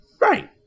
Right